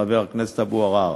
חבר הכנסת אבו עראר.